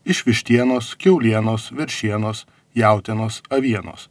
iš vištienos kiaulienos veršienos jautienos avienos